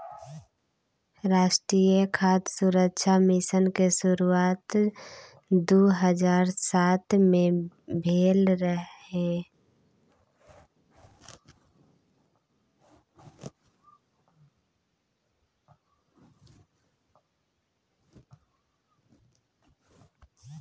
राष्ट्रीय खाद्य सुरक्षा मिशन के शुरुआत दू हजार सात मे भेल रहै